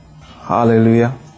Hallelujah